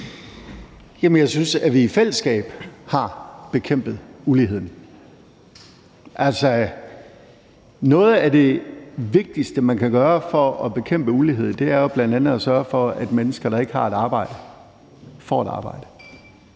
jeg synes, at vi i fællesskab har bekæmpet uligheden. Altså, noget af det vigtigste, man kan gøre for at bekæmpe ulighed, er jo bl.a. at sørge for, at mennesker, der ikke har et arbejde, får et arbejde,